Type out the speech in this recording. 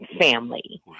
family